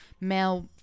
male